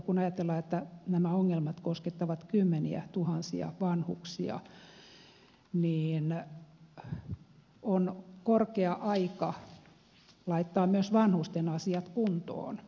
kun ajatellaan että nämä ongelmat koskettavat kymmeniätuhansia vanhuksia niin on korkea aika laittaa myös vanhusten asiat kuntoon